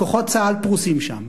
כוחות צה"ל פרוסים שם,